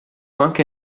anche